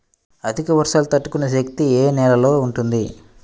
అధిక వర్షాలు తట్టుకునే శక్తి ఏ నేలలో ఉంటుంది?